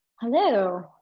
Hello